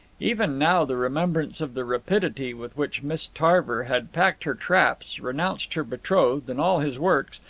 even now the remembrance of the rapidity with which miss tarver had packed her traps, renounced her betrothed and all his works,